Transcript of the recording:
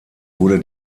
wurde